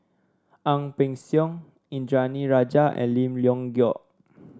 Ang Peng Siong Indranee Rajah and Lim Leong Geok